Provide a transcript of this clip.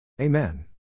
Amen